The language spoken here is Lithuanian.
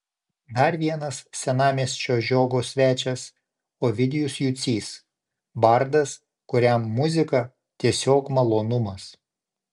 dar vienas senamiesčio žiogo svečias ovidijus jucys bardas kuriam muzika tiesiog malonumas